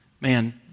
man